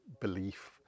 belief